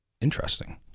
Interesting